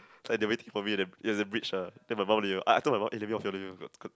like they waiting for me at the there's a bridge ah then my mum I told my mum eh let me off let me off